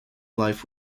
life